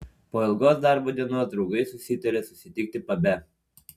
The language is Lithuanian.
po ilgos darbo dienos draugai susitarė susitikti pabe